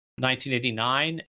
1989